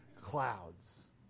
clouds